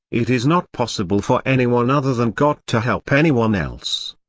it is not possible for anyone other than god to help anyone else.